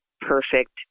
perfect